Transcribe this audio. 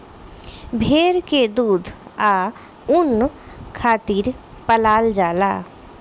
भेड़ के दूध आ ऊन खातिर पलाल जाला